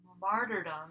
Martyrdom